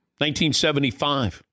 1975